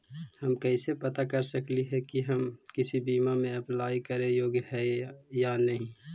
हम कैसे पता कर सकली हे की हम किसी बीमा में अप्लाई करे योग्य है या नही?